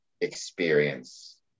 experience